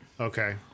Okay